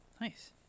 nice